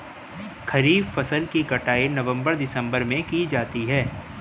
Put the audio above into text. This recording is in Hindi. खरीफ फसल की कटाई नवंबर दिसंबर में की जाती है